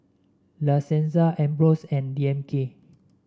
La Senza Ambros and D M K